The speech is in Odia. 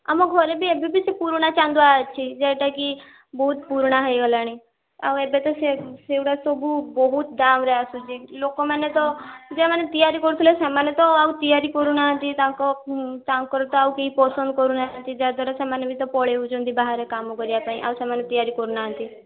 ଆମ ଘରେବି ଏବେବି ସେ ପୁରୁଣା ଚାନ୍ଦୁଆ ଅଛି ଯେଟାକି ବହୁତ ପୁରୁଣା ହେଇଗଲାଣି ଆଉ ଏବେତ ସେଗୁଡ଼ା ସବୁ ବହୁତ ଦାମ୍ରେ ଆସୁଛି ଲୋକମାନେ ତ ଯେମାନେ ତିଆରି କରୁଥିଲେ ସେମାନେ ତ ଆଉ ତିଆରି କରୁ ନାହାଁନ୍ତି ତାଙ୍କ ଉଁ ତାଙ୍କର ତ ଆଉ କେହି ପସନ୍ଦ କରୁ ନାହାନ୍ତି ଯାଦ୍ଵାରା ସେମାନେ ବି ତ ପଳେଇ ଆଉଛନ୍ତି ବାହାରେ କାମକରିବା ପାଇଁ ଆଉ ସେମାନେ ତିଆରି କରୁ ନାହାନ୍ତି